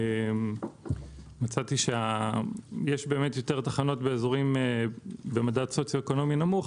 מצאתי שיש יותר תחנות באזורים במדד סוציו-אקונומי נמוך,